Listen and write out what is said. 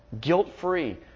guilt-free